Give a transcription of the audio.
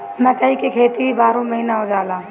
मकई के खेती भी बारहो महिना हो जाला